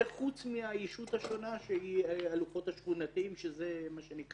סוג שני זה הלוחות השכונתיים, שזה מיועד